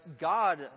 God